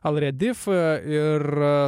al redif ir